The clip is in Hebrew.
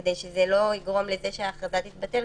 כדי שזה לא יגרום לכך שההכרזה תתבטל,